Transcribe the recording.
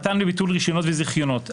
מתן וביטול רישיונות וזיכיונות,